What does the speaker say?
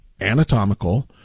anatomical